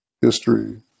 history